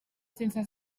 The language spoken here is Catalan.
sense